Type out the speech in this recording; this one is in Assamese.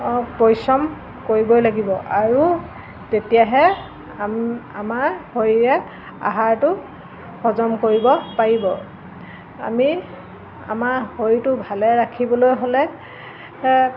পৰিশ্ৰম কৰিবই লাগিব আৰু তেতিয়াহে আমাৰ শৰীৰে আহাৰটো হজম কৰিব পাৰিব আমি আমাৰ শৰীৰটো ভালে ৰাখিবলৈ হ'লে